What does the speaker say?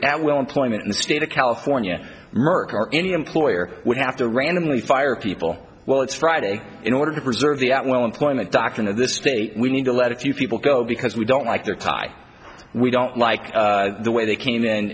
that at will employment in the state of california merck are any employer would have to randomly fire people well it's friday in order to preserve the at will employment doctrine of this state we need to let a few people go because we don't like their tie we don't like the way they came in